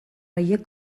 horiek